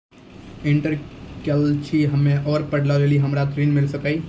Inter केल छी हम्मे और पढ़े लेली हमरा ऋण मिल सकाई?